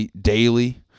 daily